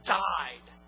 died